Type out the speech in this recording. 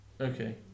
Okay